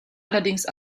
allerdings